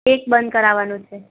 એક બંધ કરાવવાનું છે